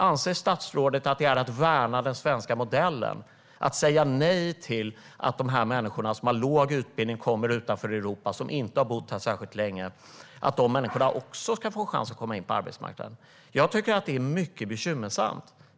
Anser statsrådet att det är att värna den svenska modellen att säga nej till att de människor som har låg utbildning och som kommer från länder utanför Europa och som inte har bott här särskilt länge ska få en chans att komma in på arbetsmarknaden? Jag tycker att det är mycket bekymmersamt.